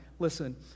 Listen